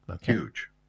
Huge